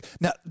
Now